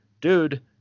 dude